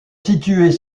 situées